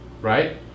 Right